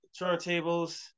turntables